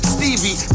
Stevie